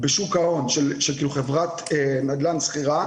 ובדרך כלל יש גם שותפות כאילו על חברות פרויקט עצמן,